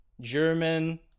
german